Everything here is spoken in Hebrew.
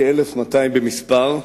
כ-1,200 במספר,